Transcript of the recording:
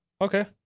Okay